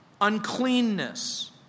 uncleanness